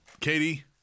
Katie